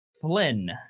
flynn